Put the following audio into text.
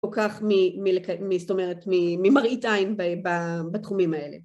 או כך ממראית עין בתחומים האלה.